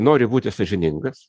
nori būti sąžiningas